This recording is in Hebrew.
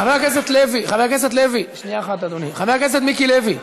חבר הכנסת לוי, חבר הכנסת מיקי לוי.